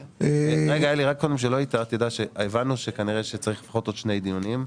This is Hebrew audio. קודם כשלא היית הבנו שכנראה צריך לפחות או שני דיונים.